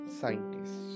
scientists